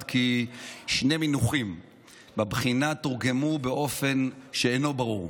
כי שני מונחים בבחינה תורגמו באופן שאינו ברור.